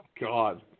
God